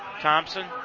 Thompson